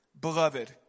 beloved